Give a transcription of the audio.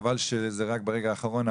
חבל שזה ברגע האחרון,